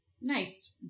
nice